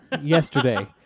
yesterday